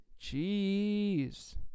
jeez